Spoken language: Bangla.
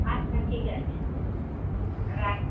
আচ্ছা ঠিক আছে রাখি